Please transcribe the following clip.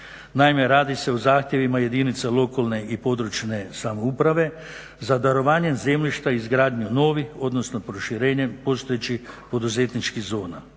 Naime, radi se o zahtjevima jedinice lokalne i područne samouprave za darovanjem zemljišta i izgradnju novih odnosno proširenjem postojećih poduzetničkih zona.